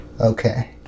Okay